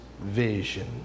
vision